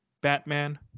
Batman